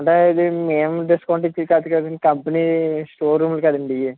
అంటే ఇది మేము డిస్కౌంట్ ఇచ్చేది కాదు కదండి కంపెనీ షోరూమ్లు కదండి ఇయ్యి